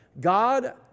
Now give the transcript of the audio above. God